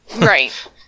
Right